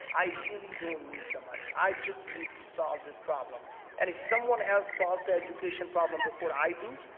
i really don't need the money. i just need to solve this problem and if someone else solves the education problem before i do,